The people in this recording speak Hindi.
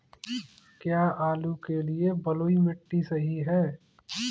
क्या आलू के लिए बलुई मिट्टी सही है?